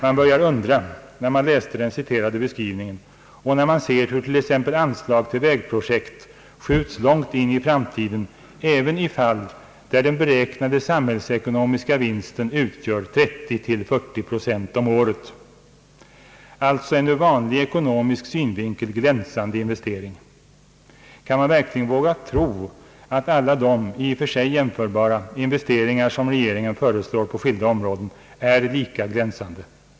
Man börjar undra, när man läser den citerade beskrivningen och när man ser hur tt.ex. anslag till vägprojekt skjuts långt in i framtiden även i fall där den beräknade samhällsekonomiska vinsten utgör 30—40 procent per år, alltså en ur vanlig ekonomisk synvinkel glänsande investering. Kan man verkligen våga tro, att alla de i och för sig jämförbara investeringar som föreslås av regeringen på skilda områden är lika glänsande?